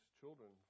children